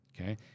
Okay